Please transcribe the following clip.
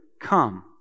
come